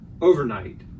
overnight